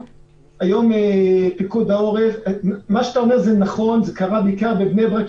מה שאתה אומר זה נכון, זה קרה בעיקר בבני ברק.